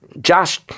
Josh